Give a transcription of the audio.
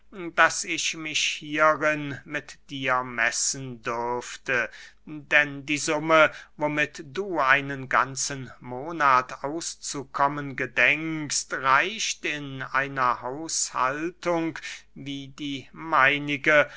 daß ich mich hierin mit dir messen dürfte denn die summe womit du einen ganzen monat auszukommen gedenkst reicht in einer haushaltung wie die meinige